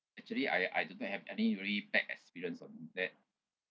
actually I I do not have any very bad experience on that